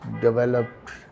developed